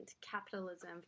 capitalism